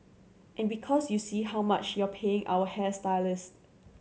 and because you see how much you're paying your hairstylist